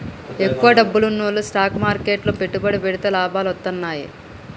ఎక్కువ డబ్బున్నోల్లు స్టాక్ మార్కెట్లు లో పెట్టుబడి పెడితే లాభాలు వత్తన్నయ్యి